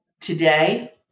Today